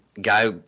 guy